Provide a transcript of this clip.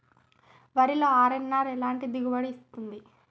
వరిలో అర్.ఎన్.ఆర్ ఎలాంటి దిగుబడి ఇస్తుంది?